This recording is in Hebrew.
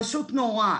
פשוט נורא.